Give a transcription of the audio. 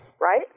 right